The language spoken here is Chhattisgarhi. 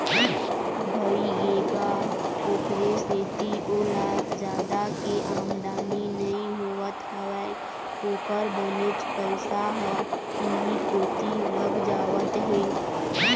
भइगे गा ओखरे सेती ओला जादा के आमदानी नइ होवत हवय ओखर बनेच पइसा ह इहीं कोती लग जावत हे